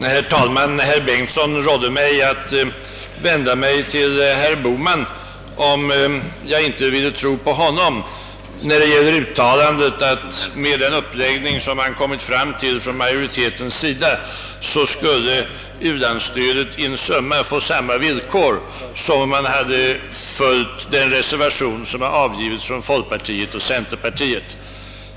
Herr talman! Herr Bengtsson i Varberg rådde mig att vända mig till herr Bohman, om jag inte ville tro på herr Bengtssons uttalande, att ett bifall till utskottsmajoritetens förslag in summa skulle ge u-landsstödet samma villkor som ett bifall till folkpartiets och centerpartiets reservation.